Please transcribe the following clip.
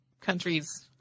countries